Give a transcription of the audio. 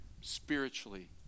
spiritually